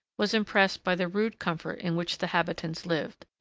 was impressed by the rude comfort in which the habitants lived.